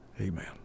Amen